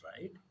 right